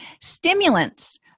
Stimulants